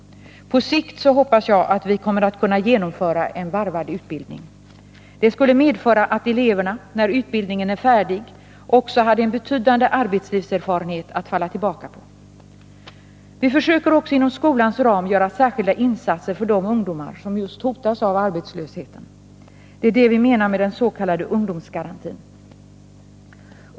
På sikt hoppas jag att vi kommer att kunna genomföra en varvad utbildning. Det skulle medföra att eleverna när utbildningen är färdig också hade en betydande arbetslivserfarenhet att falla tillbaka på. Vi försöker också inom skolans ram göra särskilda insatser för just de ungdomar som hotas av arbetslöshet. Det är det vi menar med den s.k. ungdomsgarantin.